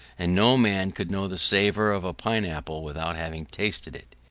and no man could know the savour of a pineapple without having tasted it.